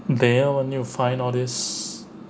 damn I need to find all these